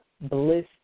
bliss